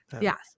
Yes